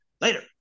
later